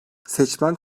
seçmen